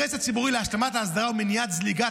האינטרס הציבורי להשלמת ההסדרה ומניעת זליגת